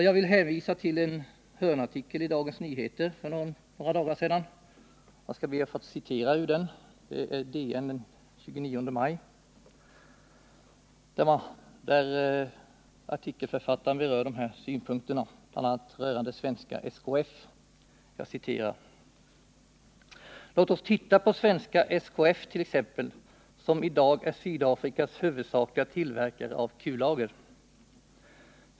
Jag vill här hänvisa till en hörnartikel i Dagens Nyheter den 29 maj, och jag skall be att få citera ur den: ”Låt oss titta på svenska SKF t.ex., som i dag är Sydafrikas huvudsakliga tillverkare av kullager.